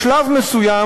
בשלב מסוים,